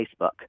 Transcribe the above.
Facebook